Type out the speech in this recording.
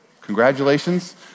congratulations